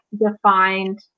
defined